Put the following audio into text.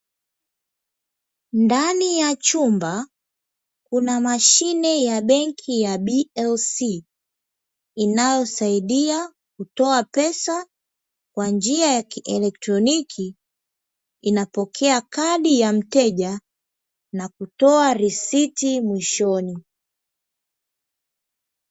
Ndani ya chumba kuna mashine ya benki ya "BLC" inayosaidia kutoa pesa kwa njia ya kielektroniki, inapokea kadi ya mteja na kutoa risiti mwishoni.